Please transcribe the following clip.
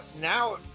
now